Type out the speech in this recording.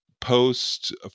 post